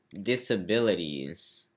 disabilities